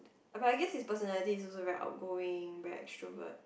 but I guess his personality is also very outgoing very extrovert